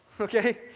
Okay